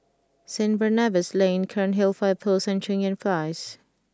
St Barnabas Lane Cairnhill Fire Post and Cheng Yan Place